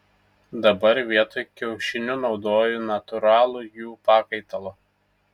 dabar vietoj kiaušinių naudoju natūralų jų pakaitalą